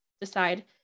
decide